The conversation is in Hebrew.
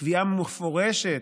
קביעה מפורשת,